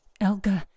Elga